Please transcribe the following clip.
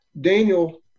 Daniel